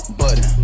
button